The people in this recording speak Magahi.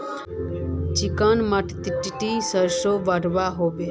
चिकन माटित सरसों बढ़ो होबे?